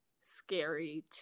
scary